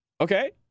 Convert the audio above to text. Okay